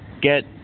get